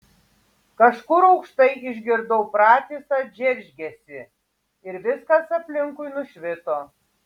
kažkur aukštai išgirdau pratisą džeržgesį ir viskas aplinkui nušvito